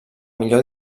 millor